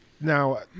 Now